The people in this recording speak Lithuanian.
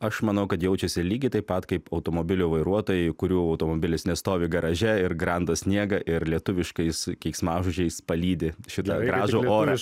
aš manau kad jaučiasi lygiai taip pat kaip automobilių vairuotojai kurių automobilis nestovi garaže ir gramdo sniegą ir lietuviškais keiksmažodžiais palydi šitą gražų orą